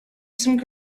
some